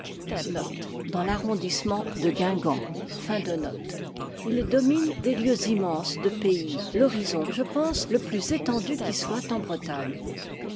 pédernec il domine des lieues immenses de pays l'horizon je pense le plus étendu qui soit en bretagne